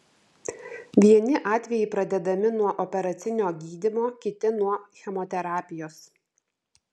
vieni atvejai pradedami nuo operacinio gydymo kiti nuo chemoterapijos